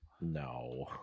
No